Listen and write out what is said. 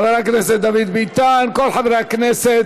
חבר הכנסת דוד ביטן, כל חברי הכנסת.